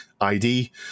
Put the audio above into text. id